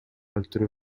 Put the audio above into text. өлтүрүү